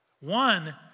One